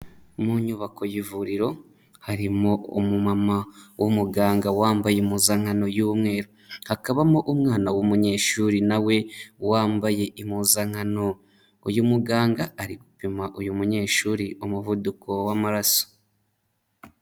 Mu nyubako y'ivuriro harimo umumama w'umuganga wambaye impuzankano y'umweru, hakabamo umwana w'umunyeshuri nawe wambaye impuzankano, uyu muganga ari gupima uyu munyeshuri umuvuduko w'amaraso.